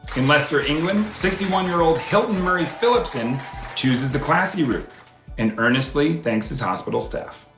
in leicester, england, sixty one year old hilton murray phillipson chooses the classy route in earnestly thanks his hospital staff.